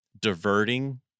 diverting